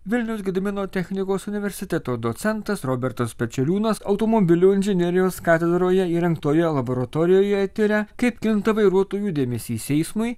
vilniaus gedimino technikos universiteto docentas robertas pečeliūnas automobilių inžinerijos katedroje įrengtoje laboratorijoje tiria kaip kinta vairuotojų dėmesys eismui